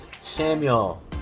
Samuel